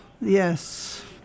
yes